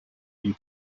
you